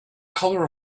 color